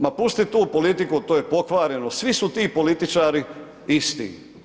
Ma pusti tu politiku, to je pokvareno, svi su ti političari isti.